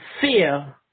fear